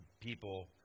people